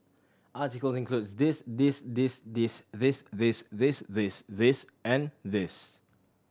article includes this this this this this this this this this and this